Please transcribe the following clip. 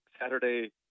Saturday